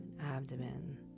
abdomen